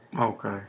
Okay